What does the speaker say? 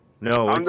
No